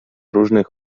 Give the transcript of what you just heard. różnych